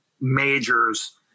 majors